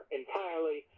entirely